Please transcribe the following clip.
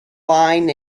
line